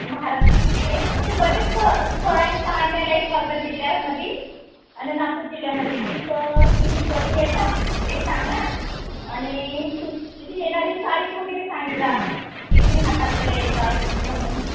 महाराष्ट्रात आहे असे बरेच स स्थळ आहे पाहण्यालायक वर्धा जिल्ह्यामध्ये आणि नागपूर जिल्ह्यामध्ये बी तर तुम्ही कधी येता ते सांगा आणि तुमची येणारी तारीख वगैरे सांगजा की तुम्ही ह्या तारखेला येता म्हणून